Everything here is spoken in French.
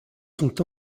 sont